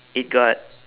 it got